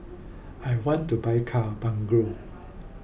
I want to buy car bungalow